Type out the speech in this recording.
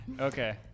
Okay